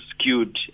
skewed